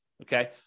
Okay